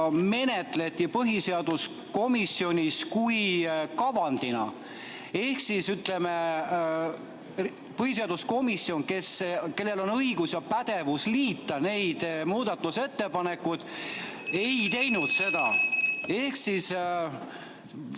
menetleti põhiseaduskomisjonis kavandina. Ehk siis, ütleme, põhiseaduskomisjon, kellel on õigus ja pädevus liita muudatusettepanekuid, ei teinud seda. (Juhataja